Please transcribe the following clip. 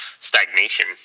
stagnation